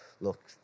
look